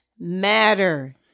Matter